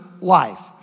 life